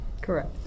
Correct